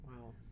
Wow